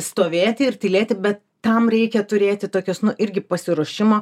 stovėti ir tylėti bet tam reikia turėti tokius nu irgi pasiruošimo